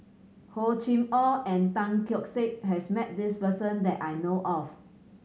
Hor Chim Or and Tan Keong Saik has met this person that I know of